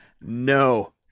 No